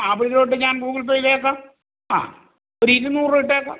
ആ അപ്പം ഇതിലോട്ട് ഞാൻ ഗൂഗിൾ പേയ്തേക്കാം ആ ഒരു ഇരുന്നൂറ് രൂപ ഇട്ടേക്കാം